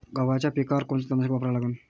गव्हाच्या पिकावर कोनचं तननाशक वापरा लागन?